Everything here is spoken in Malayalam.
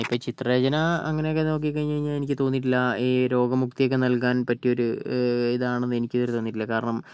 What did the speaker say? ഇപ്പം ഈ ചിത്ര രചന അങ്ങനെയൊക്കെ നോക്കി കഴിഞ്ഞു കഴിഞ്ഞാൽ എനിക്ക് തോന്നിയിട്ടില്ല ഈ രോഗ മുക്തിയൊക്കെ നൽകാൻ പറ്റിയൊരു ഇതാണെന്ന് എനിക്ക് ഇതുവരെ തോന്നിയിട്ടില്ല കാരണം